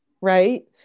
right